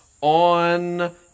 on